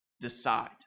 Decide